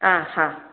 ആ ആ